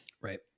Right